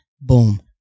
Boom